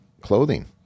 clothing